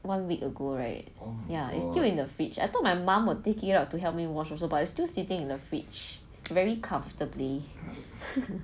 one week ago right ya it's still in the fridge I told my mum will take it out to help me wash also but it's still sitting in the fridge very comfortably